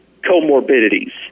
comorbidities